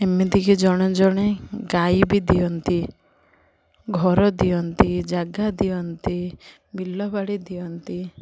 ଏମିତିକି ଜଣେ ଜଣେ ଗାଈ ବି ଦିଅନ୍ତି ଘର ଦିଅନ୍ତି ଜାଗା ଦିଅନ୍ତି ବିଲବାଡ଼ି ଦିଅନ୍ତି